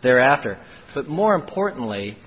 there after but more importantly